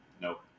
Nope